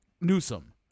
Newsom